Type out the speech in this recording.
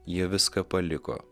jie viską paliko